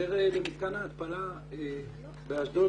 באשר למתקן ההתפלה באשדוד.